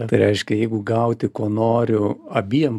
tai reiškia jeigu gauti ko noriu abiem